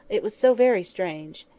it was so very strange.